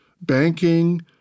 banking